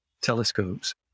telescopes